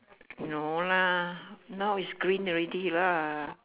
no lah now is green already lah